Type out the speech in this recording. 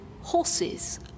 horses